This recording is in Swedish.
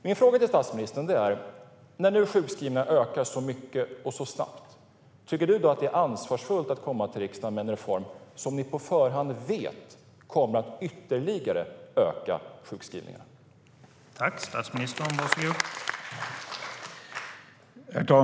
Min fråga till statsministern är: När nu sjukskrivningarna ökar så mycket och så snabbt, tycker du då att det är ansvarsfullt att komma till riksdagen med en reform som ni på förhand vet kommer att öka sjukskrivningarna ytterligare?